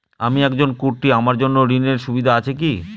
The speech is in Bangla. আমি একজন কট্টি আমার জন্য ঋণের সুবিধা আছে কি?